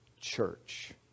church